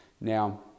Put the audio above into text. Now